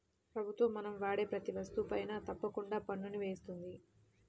ప్రభుత్వం మనం వాడే ప్రతీ వస్తువుపైనా తప్పకుండా పన్నుని వేస్తుంది